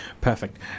perfect